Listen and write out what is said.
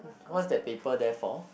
what is that paper there for